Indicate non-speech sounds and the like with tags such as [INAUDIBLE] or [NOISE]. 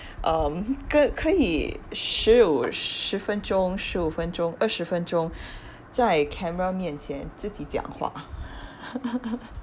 um 可可以十五十分钟十五分钟二十分钟在 camera 面前自己讲话 [LAUGHS]